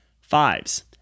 Fives